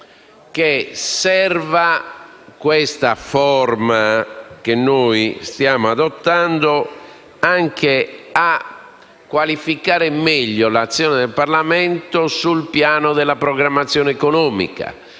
che questa forma che noi stiamo adottando serva anche a qualificare meglio l'azione del Parlamento sul piano della programmazione economica.